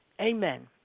Amen